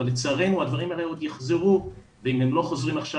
אבל לצערנו הדברים האלה עוד יחזרו ואם הם לא חוזרים עכשיו